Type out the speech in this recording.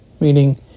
meaning